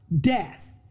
death